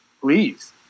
Please